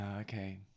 okay